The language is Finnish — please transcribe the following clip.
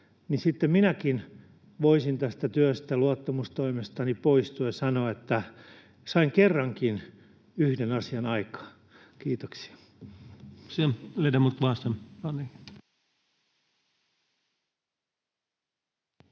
minäkin voisin tästä työstä, luottamustoimestani, poistua ja sanoa, että sain kerrankin yhden asian aikaan. — Kiitoksia. Kiitoksia.